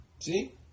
See